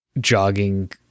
jogging